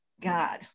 God